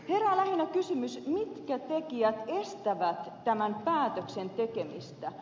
herää lähinnä kysymys mitkä tekijät estävät tämän päätöksen tekemistä